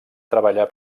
treballar